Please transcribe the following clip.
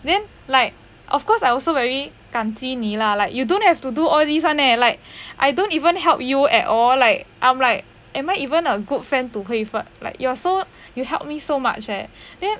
then like of course I also very 感激你啦 like you don't have to do all these [one] eh like I don't even help you at all like I'm am I even a good friend to hui fen like you're so you help me so much eh then